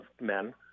men